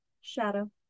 Shadow